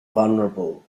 vulnerable